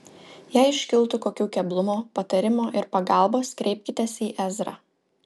jei iškiltų kokių keblumų patarimo ir pagalbos kreipkitės į ezrą